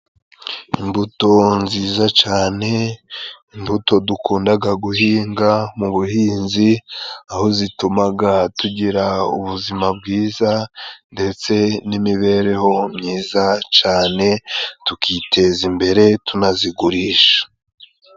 Imbuto nziza cane, imbuto dukundaga guhinga mu buhinzi, aho zitumaga tugira ubuzima bwiza ndetse n'imibereho myiza cyane, tukiteza imbere tunazigurisha.